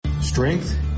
Strength